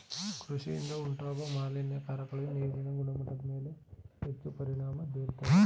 ಕೃಷಿಯಿಂದ ಉಂಟಾಗೋ ಮಾಲಿನ್ಯಕಾರಕಗಳು ನೀರಿನ ಗುಣಮಟ್ಟದ್ಮೇಲೆ ಹೆಚ್ಚು ಪರಿಣಾಮ ಬೀರ್ತವೆ